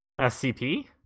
SCP